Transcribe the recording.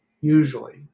usually